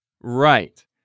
Right